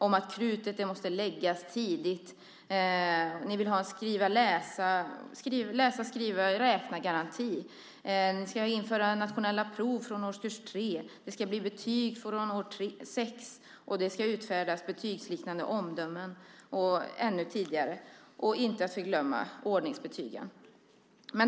Ni har sagt att man måste lägga krutet på de tidiga åren, ni vill ha en läsa-skriva-räkna-garanti, ni ska införa nationella prov från årskurs 3, det ska bli betyg från årskurs 6, det ska utfärdas betygsliknande omdömen ännu tidigare och inte att förglömma: ordningsbetyg.